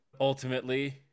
Ultimately